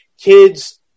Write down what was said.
kids